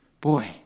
Boy